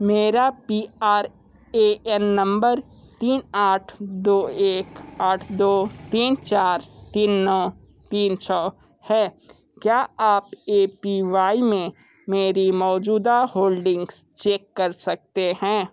मेरा P R A N number तीन आठ दो एक आठ दो तीन चार तीन नौ तीन छः है क्या आप ए पी वाई में मेरी मौजूदा होल्डिंग्स चेक कर सकते हैं